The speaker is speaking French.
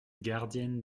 gardienne